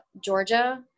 Georgia